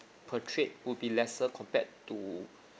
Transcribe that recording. per trade would be lesser compared to